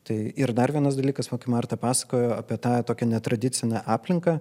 tai ir dar vienas dalykas va kai marta pasakojo apie tą tokią netradicinę aplinką